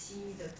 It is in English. ya